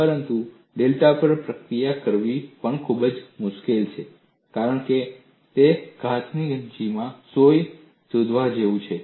પરંતુ ડેટા પર પ્રક્રિયા કરવી પણ ખૂબ જ મુશ્કેલ છે કારણ કે તે ઘાસની ગંજીમાં સોય શોધવા જેવું છે